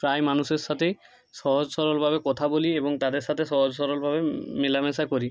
প্রায় মানুষের সাথেই সহজ সরলভাবে কথা বলি এবং তাদের সাতে সহজ সরলভাবে মেলামেশা করি